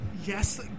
Yes